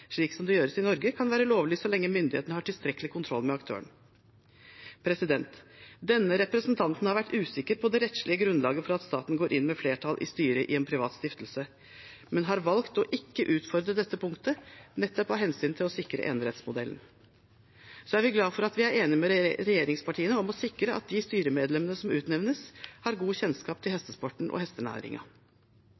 det gjøres i Norge, kan være lovlig så lenge myndighetene har tilstrekkelig kontroll med aktørene. Denne representanten har vært usikker på det rettslige grunnlaget for at staten går inn med flertall i styret i en privat stiftelse, men har valgt ikke å utfordre dette punktet nettopp av hensyn til å sikre enerettsmodellen. Vi er glad for at vi er enige med regjeringspartiene om å sikre at de styremedlemmene som utnevnes, har god kjennskap til